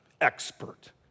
expert